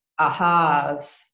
ahas